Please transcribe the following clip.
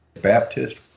Baptist